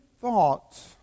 thought